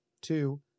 two